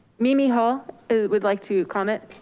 mimi hall, who would like to comment